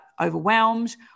overwhelmed